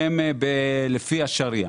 שהן לפי השריעה.